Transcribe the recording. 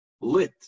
lit